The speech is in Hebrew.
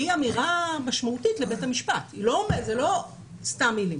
היא אמירה משמעותית לבית המשפט, זה לא סתם מילים.